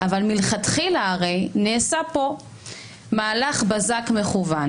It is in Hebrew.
מלכתחילה נעשה כאן מהלך בזק מכוון